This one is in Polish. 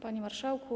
Panie Marszałku!